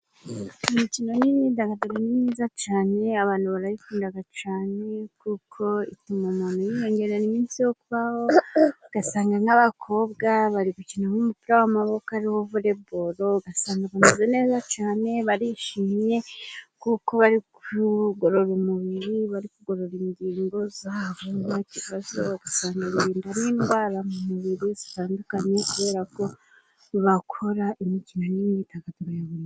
Imikino n'imyidagaduro ni myiza cyane, abantu barayikunda cyane, kuko ituma umuntu yiyongera iminsi yo kubaho, ugasanga nk'abakobwa bari gukina nk'umupira w'amaboko, ari wo voreboro, ugasanga bameze neza cyane, barishimye kuko bari kugorora umubiri, bari kugorora ingingo za bo, nta kibazo ugagasanga bibarinda n'indwara mu mubiri zitandukanye, kubera ko bakora imikino n'imyidagaduro ya buri munsi.